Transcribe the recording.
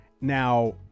Now